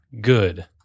good